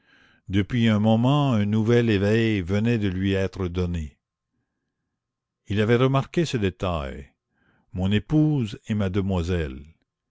depuis un moment un nouvel éveil venait de lui être donné il avait remarqué ce détail mon épouse et